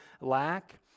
lack